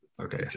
okay